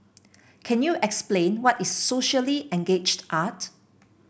can you explain what is socially engaged art